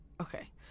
okay